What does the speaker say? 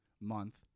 month